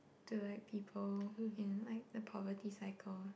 to like people in like the poverty cycle